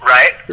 Right